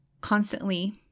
constantly